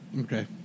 Okay